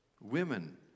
Women